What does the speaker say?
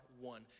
one